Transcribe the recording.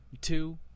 Two